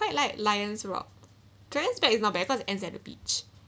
quite like lion's rock dragon's back is not bad cause it ends at the beach